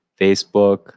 Facebook